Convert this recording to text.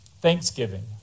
Thanksgiving